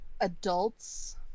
adults